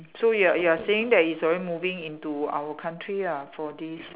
so you are you are saying that it's already moving into our country ah for this